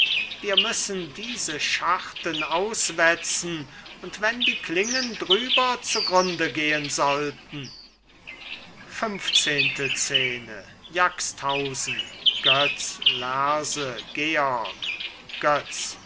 wir müssen diese scharten auswetzen und wenn die klingen drüber zugrunde gehen sollten götz lerse georg götz